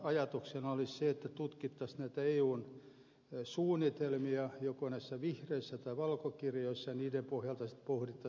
ajatuksena olisi se että tutkittaisiin näitä eun suunnitelmia joko näissä vihreissä tai valkoisissa kirjoissa ja niiden pohjalta sitten pohdittaisiin mihin puututaan